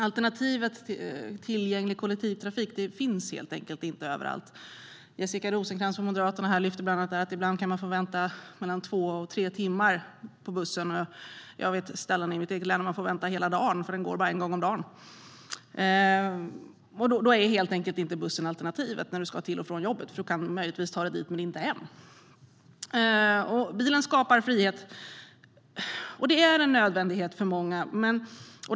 Alternativet tillgänglig kollektivtrafik finns helt enkelt inte överallt i Sverige. Jessica Rosencrantz från Moderaterna lyfte bland annat fram att man ibland kan få vänta mellan två och tre timmar på bussen. Jag vet ställen i mitt eget hemlän där man får vänta hela dagen eftersom bussen bara går en gång om dagen. Då är bussen helt enkelt inte ett alternativ när du ska till och från jobbet, för då kan du möjligen ta dig dit men inte hem. Bilar skapar frihet och är en nödvändighet för många.